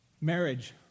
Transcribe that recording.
Marriage